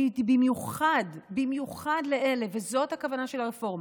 במיוחד, וזאת הכוונה של הרפורמה,